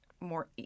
more